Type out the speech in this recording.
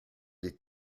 des